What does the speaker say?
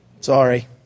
Sorry